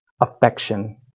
affection